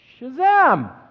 shazam